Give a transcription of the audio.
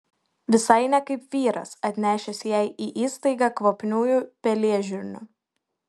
visai ne kaip vyras atnešęs jai į įstaigą kvapniųjų pelėžirnių